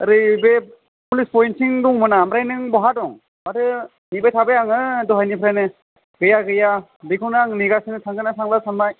ओरै बे police point दोंमोन आं ओमफ्राय नों बहा दं माथो नेबाय थाबाय आङो दहायनिफ्रायनो गैया गैया बेखौनो आङो नेगासिनो थांगोन ना थांला सानबाय